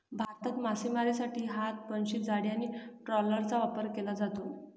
भारतात मासेमारीसाठी हात, बनशी, जाळी आणि ट्रॉलरचा वापर केला जातो